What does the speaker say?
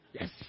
Yes